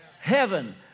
heaven